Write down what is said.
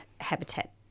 habitat